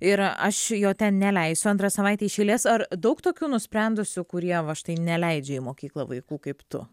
ir aš jo ten neleisiu antra savaitė iš eilės ar daug tokių nusprendusių kurie va štai neleidžia į mokyklą vaikų kaip tu